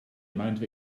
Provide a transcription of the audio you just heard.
amount